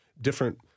different